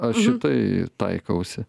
aš į tai taikausi